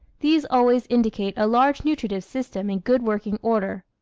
these always indicate a large nutritive system in good working order.